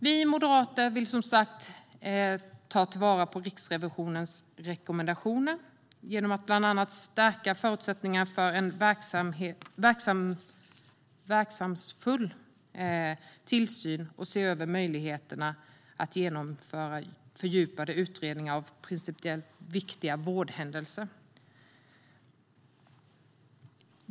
Vi moderater vill som sagt ta vara på Riksrevisionens rekommendationer genom att bland annat stärka förutsättningarna för en verkningsfull tillsyn och se över möjligheterna att genomföra fördjupade utredningar av principiellt viktiga vårdhändelser.